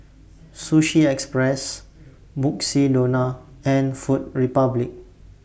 Sushi Express Mukshidonna and Food Republic